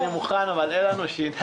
אני מוכן לכנס את הצוות אבל אין לנו שיניים.